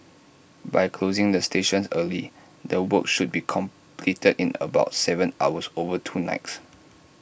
by closing the stations early the work should be completed in about Seven hours over two likes